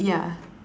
ya